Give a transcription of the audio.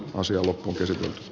ansio loppukesän